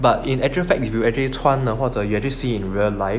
but in actual fact if you actually 穿的话或者 you actually see in real life